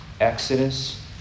Exodus